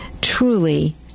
truly